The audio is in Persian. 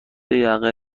یقه